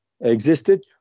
existed